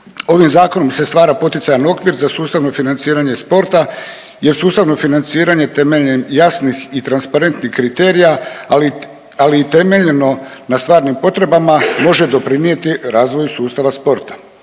Ovim zakonom se stvara poticajan okvir za sustavno financiranje sporta jer sustavno financiranje temeljem jasnih i transparentnih kriterija, ali i temeljeno na stvarnim potrebama može doprinijeti razvoju sustava sporta.